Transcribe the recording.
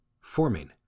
forming